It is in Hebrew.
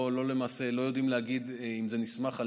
ולמעשה לא יודעים לומר אם זה נסמך על